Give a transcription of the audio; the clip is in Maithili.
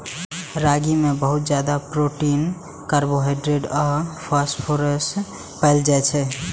रागी मे बहुत ज्यादा प्रोटीन, कार्बोहाइड्रेट आ फास्फोरस पाएल जाइ छै